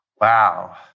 Wow